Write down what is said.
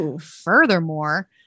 Furthermore